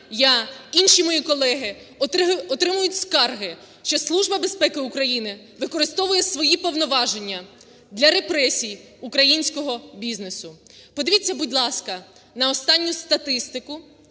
я, інші мої колеги отримують скарги, що Служба безпеки України використовує свої повноваження для репресій українського бізнесу. Подивіться, будь ласка, на останню статистику